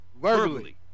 Verbally